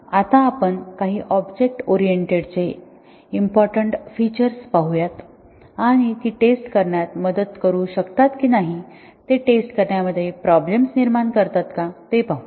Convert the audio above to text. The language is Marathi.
आता आपण काही ऑब्जेक्ट ओरिएंटेड चे इम्पॉर्टन्ट फीचर्स पाहूया आणि ती टेस्ट करण्यात मदत करू शकतात की नाही ते टेस्ट करण्यामध्ये प्रॉब्लेम्स निर्माण करतात का ते पाहू